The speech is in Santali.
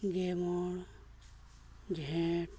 ᱜᱮ ᱢᱚᱬ ᱡᱷᱮᱸᱴ